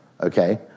okay